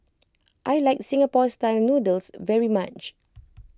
I like Singapore Style Noodles very much